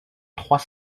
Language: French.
trois